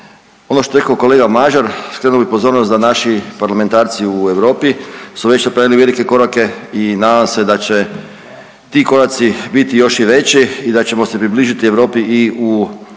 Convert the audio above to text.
Ono što je rekao kolega Mažar, skrenuo bih pozornost da naši parlamentarci u Europi su već napravili velike korake i nadam se da će ti koraci biti još i veći i da ćemo se približiti Europi i u kvaliteti